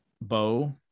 Bo